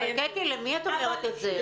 קטי, למי את אומרת את זה?